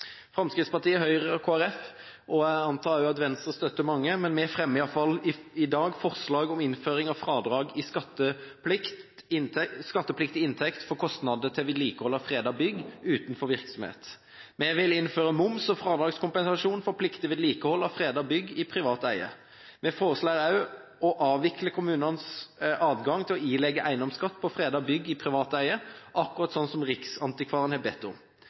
Fremskrittspartiet, Høyre og Kristelig Folkeparti fremmer i dag forslag om innføring av fradrag i skattepliktig inntekt for kostnader til vedlikehold av fredede bygg utenfor virksomhet. Vi vil innføre moms- og fradragskompensasjon for pliktig vedlikehold av fredede bygg i privat eie. Vi foreslår også å avvikle kommunenes adgang til å ilegge eiendomsskatt på fredede bygg i privat eie – akkurat som Riksantikvaren har bedt om.